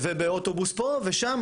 ובאוטובוס פה ושם,